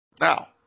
Now